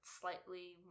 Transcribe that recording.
slightly